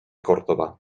córdoba